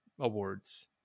awards